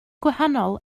gwahanol